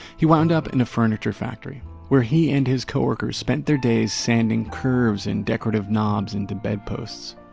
he wound up in a furniture factory where he and his co-workers spend their days sanding curves and decorative knobs into bedposts.